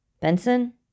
Benson